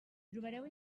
trobareu